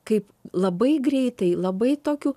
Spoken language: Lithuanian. kaip labai greitai labai tokiu